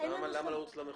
למה לרוץ למחוזית?